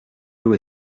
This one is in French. l’eau